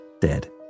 dead